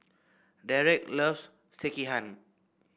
Derek loves Sekihan